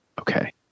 Okay